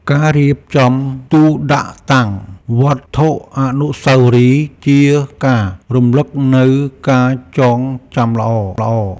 ការរៀបចំទូដាក់តាំងវត្ថុអនុស្សាវរីយ៍ ជាការរំលឹកនូវការចងចាំល្អៗ។